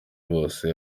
bose